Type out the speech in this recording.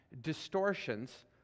distortions